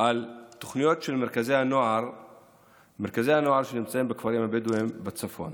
של התוכנית של מרכזי הנוער שנמצאים בכפרים הבדואיים בצפון.